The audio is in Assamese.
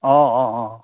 অঁ অঁ অঁ